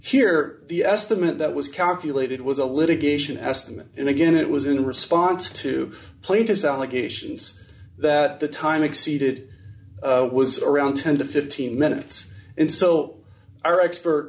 here the estimate that was calculated was a litigation estimate and again it was in response to plead his allegations that the time exceeded was around ten to fifteen minutes and so our expert